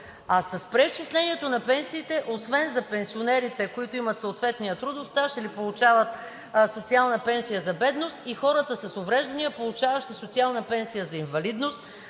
А с преизчислението на пенсиите, освен за пенсионерите, които имат съответния трудов стаж или получават социална пенсия за бедност, и хората с увреждания, получаващи социална пенсия за инвалидност,